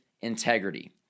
integrity